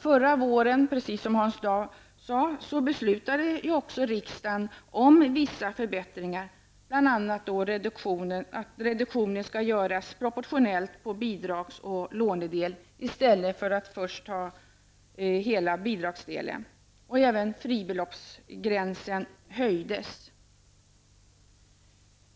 Förra våren beslutade, precis som Hans Dau sade, också riksdagen om vissa förbättringar, bl.a. att reduktionen skall göras proportionell på bidragsoch lånedel i stället för att först ta hela bidragsdelen. Även fribeloppsgränsen höjdes.